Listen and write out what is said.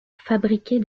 fabriquer